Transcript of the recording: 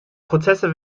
prozesse